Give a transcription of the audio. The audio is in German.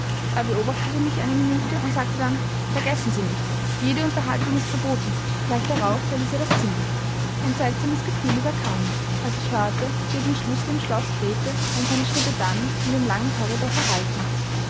er beobachtete mich eine minute und sagte dann vergessen sie nicht jede unterhaltung ist verboten gleich darauf verließ er das zimmer ein seltsames gefühl überkam mich als ich hörte wie er den schlüssel im schloß drehte und seine schritte dann in dem langen korridor verhallten